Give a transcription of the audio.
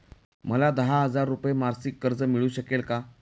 मला दहा हजार रुपये मासिक कर्ज मिळू शकेल का?